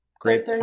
Great